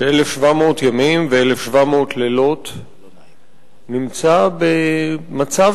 ש-1,700 ימים ו-1,700 לילות נמצא במצב